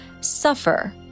suffer